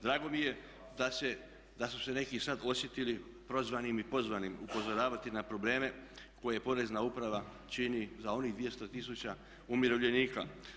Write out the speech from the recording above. Drago mi je da su se neki sada osjetili prozvanim i pozvanim upozoravati na probleme koje porezna uprava čini za onih 200 tisuća umirovljenika.